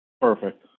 Perfect